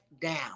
down